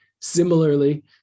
similarly